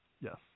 yes